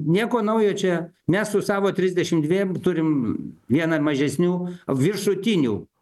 nieko naujo čia mes su savo trisdešim dviem turim vieną mažesnių viršutinių